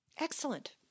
Excellent